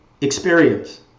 experience